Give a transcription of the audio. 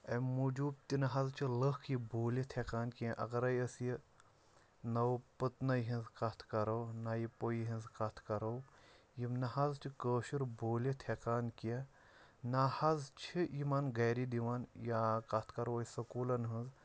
اَمہِ موٗجوٗب تہِ نہٕ حظ چھِ لٕکھ یہِ بوٗلِتھ ہٮ۪کان کینٛہہ اگرَے أسۍ یہِ نوٚو پٔتنَے ہِنٛز کَتھ کَرو نَیہِ پُیہِ ہٕنٛز کَتھ کَرو یِم نہٕ حظ چھِ کٲشُر بوٗلِتھ ہٮ۪کان کینٛہہ نہ حظ چھِ یِمَن گَرِ دِوان یا کَتھ کَرو أسۍ سکوٗلَن ہٕنٛز